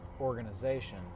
organization